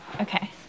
Okay